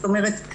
זאת אומרת,